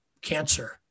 cancer